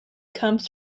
comes